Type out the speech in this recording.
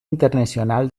internacional